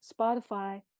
Spotify